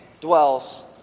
dwells